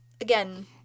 again